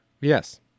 Yes